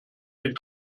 den